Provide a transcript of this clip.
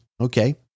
Okay